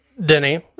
Denny